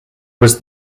was